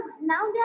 now